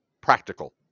practical